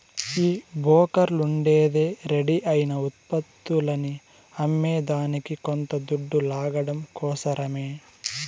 ఈ బోకర్లుండేదే రెడీ అయిన ఉత్పత్తులని అమ్మేదానికి కొంత దొడ్డు లాగడం కోసరమే